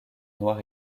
noir